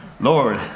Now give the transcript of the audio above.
Lord